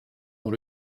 dans